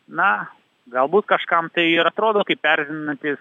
na galbūt kažkam tai ir atrodo kaip erzinantis